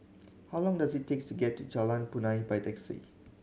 how long does it takes to get to Jalan Punai by taxi